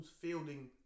fielding